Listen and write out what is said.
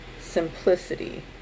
simplicity